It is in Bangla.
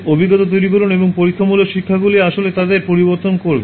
অভিজ্ঞতা তৈরি করুন এবং পরীক্ষামূলক শিক্ষাগুলি আসলে তাদের পরিবর্তন করবে